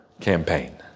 campaign